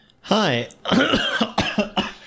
Hi